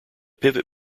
pivot